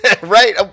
Right